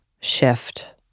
shift